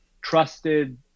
trusted